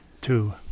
two